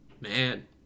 Man